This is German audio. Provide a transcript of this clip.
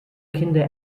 kinder